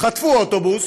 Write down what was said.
חטפו אוטובוס,